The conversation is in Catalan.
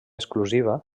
exclusiva